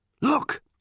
Look